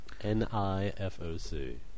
N-I-F-O-C